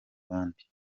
bandi